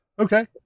Okay